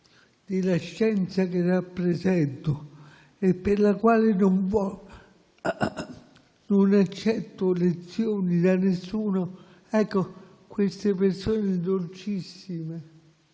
della scienza che rappresento e per la quale non accetto lezioni da nessuno - siano persone dolcissime,